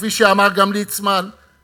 כפי שאמר גם ליצמן,